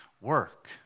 work